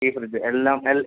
ഈ ഫ്രിഡ്ജ് എല്ലാം